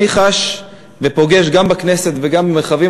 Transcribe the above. אני חש ופוגש גם בכנסת וגם במרחבים